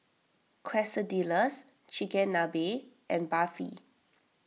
Quesadillas Chigenabe and Barfi